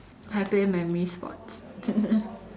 I play memory sport